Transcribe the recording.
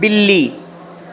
बिल्ली